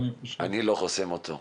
אני רוצה לאמץ את מה שהציעו פה,